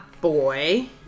boy